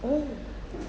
oh